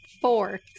Four